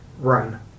run